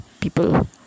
people